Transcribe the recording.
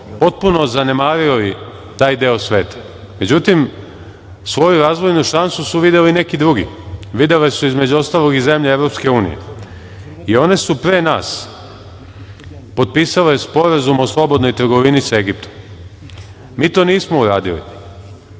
zanemarili taj deo sveta. Međutim, svoju razvojnu šansu su videli neki drugi. Videle su, između ostalog, i zemlje EU. One su pre nas potpisale Sporazum o slobodnoj trgovini sa Egiptom. Mi to nismo uradili